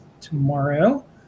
tomorrow